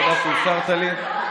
תודה שאפשרת לי.